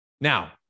Now